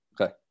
Okay